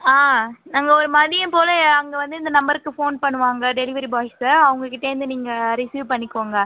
ஆ நாங்கள் ஒரு மதியம் போல் அங்கே வந்து இந்த நம்பருக்கு ஃபோன் பண்ணுவாங்க டெலிவரி பாய்ஸ் அவங்ககிட்டேந்து நீங்கள் ரிஸீவ் பண்ணிக்கோங்க